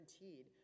guaranteed